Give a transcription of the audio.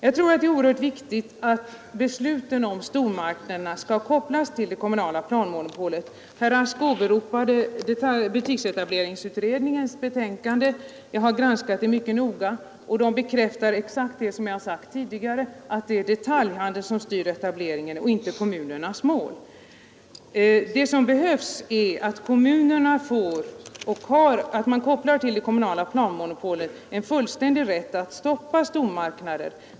Jag tror att det är mycket viktigt att besluten om stormarknaderna kopplas till det kommunala planmonopolet. Herr Blomkvist åberopade butiksetableringsutredningens betänkande. Jag har granskat det mycket noga, och det bekräftar exakt det som jag har sagt tidigare, nämligen att det är detaljhandeln som styr etableringen och inte kommunernas mål. Det som behövs är att man till det kommunala planmonopolet kopplar en fullständig rätt att stoppa stormarknader.